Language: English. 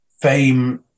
Fame